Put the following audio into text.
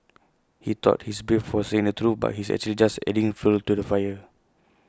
he thought he's brave for saying the truth but he's actually just adding fuel to the fire